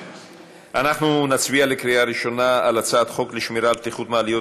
אנחנו נצביע על הצעת חוק לשמירה על בטיחות מעליות,